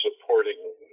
supporting